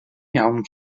iawn